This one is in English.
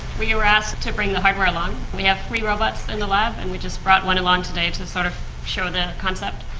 we were asked to bring the hardware along. we have three robots in the lab and we just brought one along today to sort of show the concept.